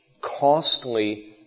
costly